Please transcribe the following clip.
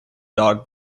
dog